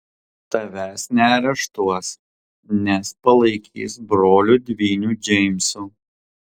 tavęs neareštuos nes palaikys broliu dvyniu džeimsu